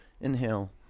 Inhale